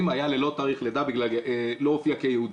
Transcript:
היה ללא תאריך לידה בגלל שלא הופיע כיהודי,